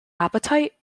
appetite